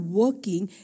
working